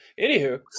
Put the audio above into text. Anywho